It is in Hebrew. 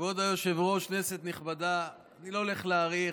כבוד היושב-ראש, כנסת נכבדה, אני לא הולך להאריך.